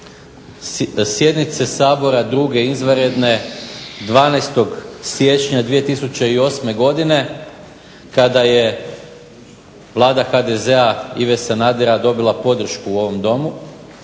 sjednice Sabora 2. izvanredne 12. siječnja 2008. godine kada je vlada HDZ-a Ive Sanadera dobila podršku u ovom Domu